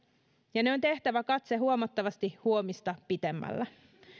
ja ne on tehtävä katse huomattavasti huomista pitemmällä